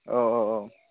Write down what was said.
औ औ औ